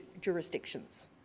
jurisdictions